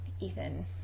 Ethan